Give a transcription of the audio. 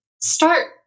start